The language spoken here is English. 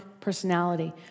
personality